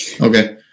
okay